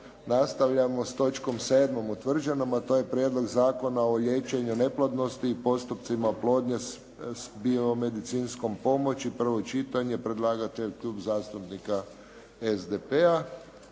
Nastavljamo s točkom 7. utvrđenom a to je Prijedlog zakona o liječenju neplodnosti i postupcima oplodnje s biomedicinskom pomoći, prvo čitanje. Predlagatelj Klub zastupnika SDP-a.